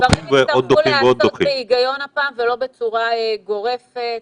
הדברים יצטרכו להיעשות בהיגיון הפעם ולא בצורה גורפת.